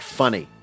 funny